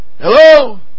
Hello